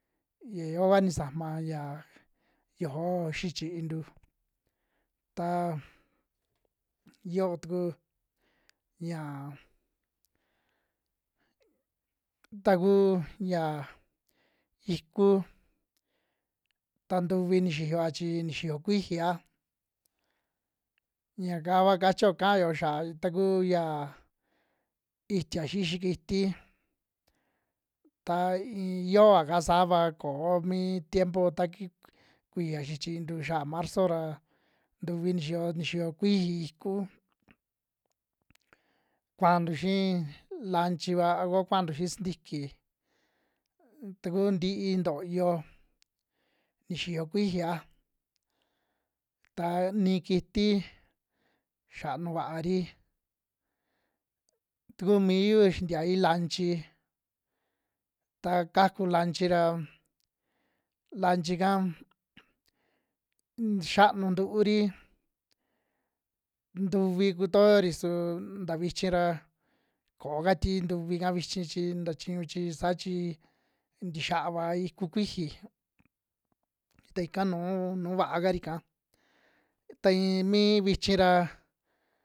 Yia yoo kua nisajma ya yoo xi chiintu, ta yoo tuku yaa tuku ya ikuu ta ntuvi ni xiyoa chi ni xiyo kuijiya yaka kua kachio kayo xa'a ya takuu ya itia xixi kiti ta iin yoa'ka saava koo mi tiempo ta kik kuiya xichiintu xaa marzo ra ntuvi nixiyo, nixiyo kuiji ikuu kuantu xii lanchiva a ko kuaa tuntu xii sintiki taku ntii ntoyo nixiyo kuijiya, ta ni kiti xaanu vaari, tuku miyu xintia lanchi ta kaku lanchi ra, lanchi'ka xianuu ntuuri ntuvi kutoori su nta vichi ra ko'o ka tii ntuvi'ka vichi chi nta chiñu chi saa chi ntixiava ikuu kuiji ta ika nuu vaakari ika ta iin mi vichi ra.